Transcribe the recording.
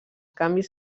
canvis